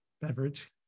beverage